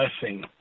blessing